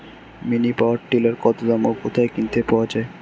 Mini power tiller কত দাম ও কোথায় কিনতে পাওয়া যায়?